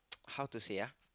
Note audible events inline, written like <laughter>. <noise> how to say ah